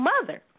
mother